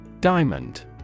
Diamond